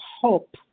hope